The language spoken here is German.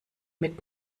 mit